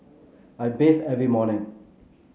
I bathe every morning